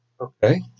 Okay